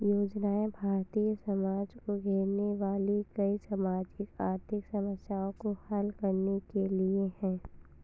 योजनाएं भारतीय समाज को घेरने वाली कई सामाजिक आर्थिक समस्याओं को हल करने के लिए है